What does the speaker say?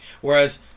Whereas